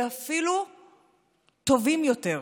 ואפילו טוב יותר,